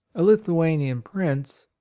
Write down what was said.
a lithuanian prince,